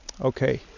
Okay